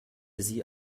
sie